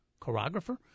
choreographer